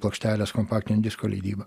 plokštelės kompaktinio disko leidybą